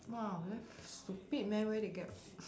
!wah! damn stupid man where they get